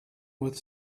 with